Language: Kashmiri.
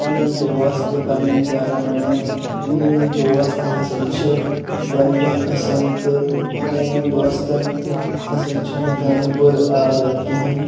پَنٕنٮ۪ن دوس تہِ پَنٕنٮ۪ن گَرٕ اَنان تہٕ میٲنٛۍ دوس تہِ ہَسا چھُ واریاہ اصٕل تہٕ میانٮ۪ن دوستَن ہَسا چھُنہٕ کانٛہہ بُرٕ عادَت کِہیٖنۍ